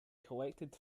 collected